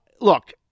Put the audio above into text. look